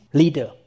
leader